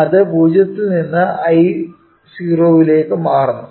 അത് 0 ൽ നിന്ന് I0 ലേക്ക് മാറുന്നു